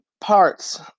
parts